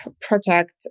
project